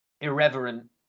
irreverent